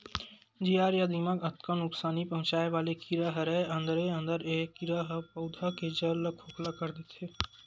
जियार या दिमक अतका नुकसानी पहुंचाय वाले कीरा हरय अंदरे अंदर ए कीरा ह पउधा के जर ल खोखला कर देथे